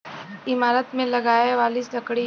ईमारत मे लगाए वाली लकड़ी